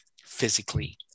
physically